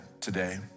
today